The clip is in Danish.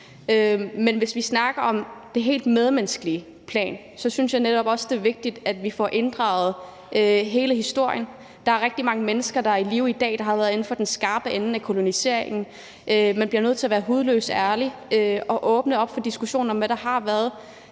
Men hvis vi snakker om det helt medmenneskelige plan, synes jeg netop også, det er vigtigt, at vi får inddraget hele historien. Der er rigtig mange mennesker, der er i live i dag, som har levet inden for den skarpe ende af koloniseringen. Man bliver nødt til at være hudløst ærlig og åbne op for diskussionen om, hvad der har været,